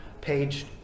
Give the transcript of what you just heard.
page